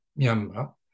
Myanmar